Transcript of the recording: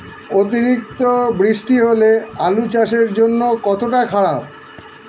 অতিরিক্ত বৃষ্টি হলে আলু চাষের জন্য কতটা খারাপ?